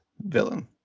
villain